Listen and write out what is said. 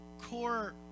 core